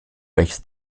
welches